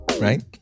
right